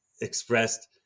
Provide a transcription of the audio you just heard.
expressed